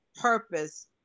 purpose